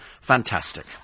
fantastic